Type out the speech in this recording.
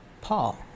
Paul